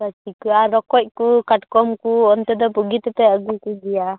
ᱟᱨ ᱨᱚᱠᱚᱡ ᱠᱚ ᱠᱟᱴᱠᱚᱢ ᱠᱚ ᱚᱱᱛᱮ ᱫᱚ ᱵᱩᱜᱤᱛᱮᱯᱮ ᱟ ᱜᱩ ᱠᱚᱜᱮᱭᱟ